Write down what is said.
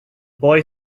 boy